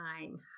time